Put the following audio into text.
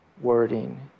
Wording